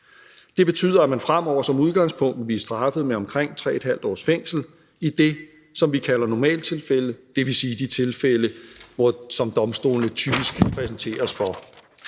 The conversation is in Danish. Det betyder, at man fremover som udgangspunkt vil blive straffet med omkring 3½ års fængsel i det, som vi kalder normaltilfælde, dvs. de tilfælde, som domstolene typisk præsenteres for.